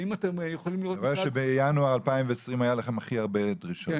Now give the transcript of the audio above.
אני רואה שבינואר 2020 היו לכם הכי הרבה דרישות.